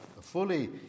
fully